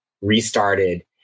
restarted